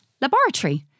Laboratory